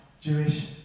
Jewish